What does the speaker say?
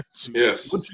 Yes